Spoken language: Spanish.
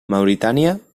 mauritania